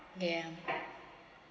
okay uh